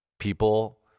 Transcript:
people